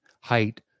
height